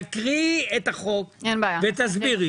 תקריאי את החוק ותסבירי.